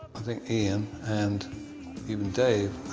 i think ian, and even dave,